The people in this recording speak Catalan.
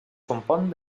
compon